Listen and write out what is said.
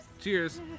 Cheers